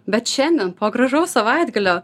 bet šiandien po gražaus savaitgalio